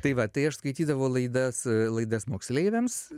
tai va tai aš skaitydavau laidas laidas moksleiviams